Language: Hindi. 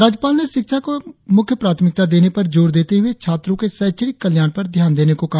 राज्यपाल ने शिक्षा को मुख्य प्राथमिकता देने पर जोर देते हुए छात्रों के शैक्षणिक कल्याण पर ध्यान देने को कहा